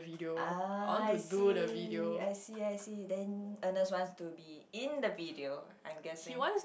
ah I see I see I see then Agnes wants to be in the video I'm guessing